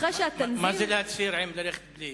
אחרי שה'תנזים' מה זה להצהיר עם וללכת בלי,